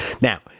now